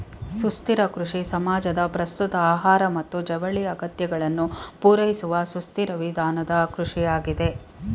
ಸುಸ್ಥಿರ ಕೃಷಿ ಸಮಾಜದ ಪ್ರಸ್ತುತ ಆಹಾರ ಮತ್ತು ಜವಳಿ ಅಗತ್ಯಗಳನ್ನು ಪೂರೈಸುವಸುಸ್ಥಿರವಿಧಾನದಕೃಷಿಯಾಗಿದೆ